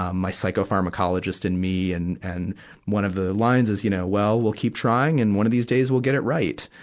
my psychopharmacologist and me. and and one of the line is, you know, well, we'll keep trying, and one of these days we'll get it right.